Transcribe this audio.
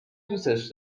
دوستش